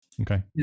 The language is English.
Okay